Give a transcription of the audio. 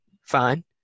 Fine